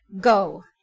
go